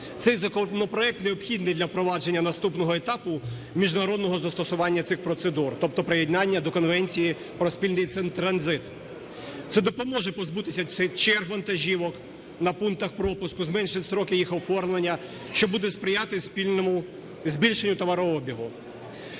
Цей законопроект необхідний для впровадження наступного етапу міжнародного застосування цих процедур, тобто приєднання до Конвенції про спільний транзит. Це допоможе позбутися черг вантажівок на пунктах пропуску, зменшить строки їх оформлення, що буде сприяти збільшенню товарообігу.